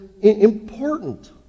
important